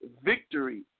victory